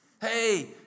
hey